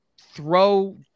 throw